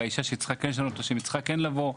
והאישה שכן צריכה לשנות את השם צריכה כן לבוא.